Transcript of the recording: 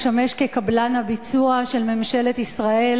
משמש כקבלן הביצוע של ממשלת ישראל